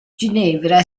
ginevra